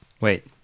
wait